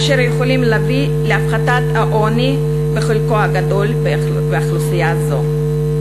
אשר יכולים להביא להפחתת העוני בחלקו הגדול באוכלוסייה זו.